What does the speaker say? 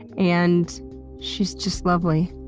and she's just lovely.